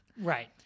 Right